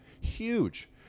Huge